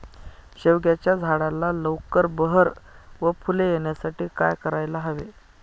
शेवग्याच्या झाडाला लवकर बहर व फूले येण्यासाठी काय करायला हवे?